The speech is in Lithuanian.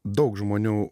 daug žmonių